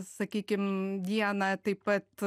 sakykim dieną taip pat